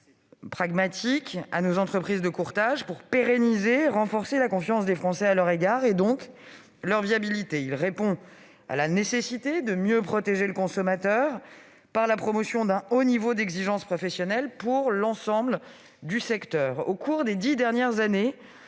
pragmatiques à nos entreprises de courtage pour pérenniser et renforcer la confiance des Français à leur égard, et donc leur viabilité. Il répond à la nécessité de protéger le consommateur, par la promotion d'un haut niveau d'exigence professionnelle pour l'ensemble du secteur. Au cours des dix dernières années,